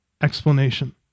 explanation